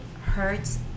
hurts